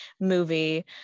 movie